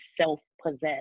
self-possessed